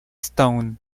stone